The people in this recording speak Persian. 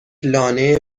لانه